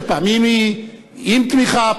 שפעמים היא עם תמיכה,